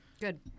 Good